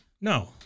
No